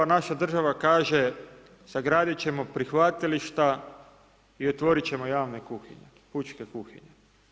Naša država kaže sagradit ćemo prihvatilišta i otvorit ćemo javne kuhinje, pučke kuhinje.